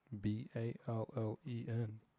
B-A-L-L-E-N